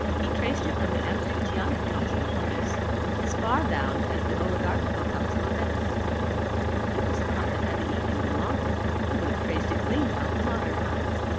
he traced it from the amphictionic council of greece as far down as the oligarchical council of venice it was thought that had the evening been longer he would have traced it clean down to modern times.